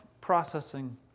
processing